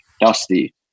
Dusty